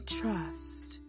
trust